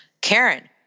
Karen